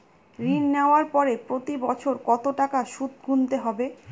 ঋণ নেওয়ার পরে প্রতি বছর কত টাকা সুদ গুনতে হবে?